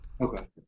Okay